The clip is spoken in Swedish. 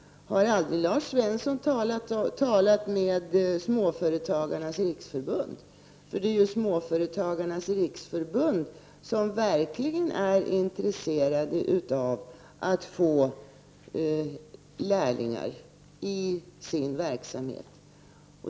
Har Lars Svensson aldrig talat med Småföretagarnas riksförbund? Småföretagarnas riksförbund är verkligen intresserat av att få lärlingar till sin verksamhet.